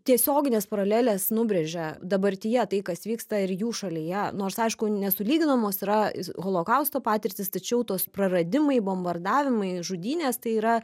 tiesioginės paralelės nubrėžia dabartyje tai kas vyksta ir jų šalyje nors aišku nesulyginamos yra holokausto patirtys tačiau tos praradimai bombardavimai žudynės tai yra